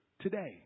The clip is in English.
today